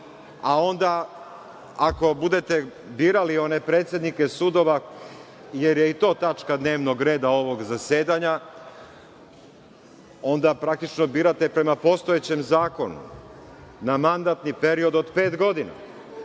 Onda, ako budete birali one predsednike sudova, jer je i to tačka dnevnog reda ovog zasedanja, onda praktično birate prema postojećem zakonu na mandatni period od pet godina.